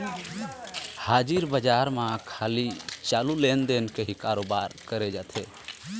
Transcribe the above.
हाजिर बजार म खाली चालू लेन देन के ही करोबार करे जाथे